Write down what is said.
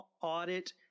audit